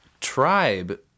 Tribe